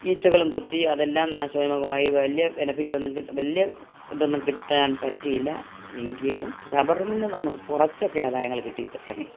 ഈച്ചകളും കുത്തി അതെല്ലാം നാശോന്മുഖമായി വലിയ ബെനഫിറ്റ് ഒന്നും വലിയ ഇതൊന്നും കിട്ടാൻ പറ്റിയില്ല എങ്കിലും റബ്ബറിൽ നിന്ന് നമുക്ക് കുറച്ചൊക്കെ ആദായങ്ങൾ കിട്ടി തുടങ്ങി